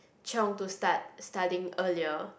cheong to start studying earlier